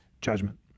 judgment